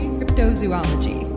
Cryptozoology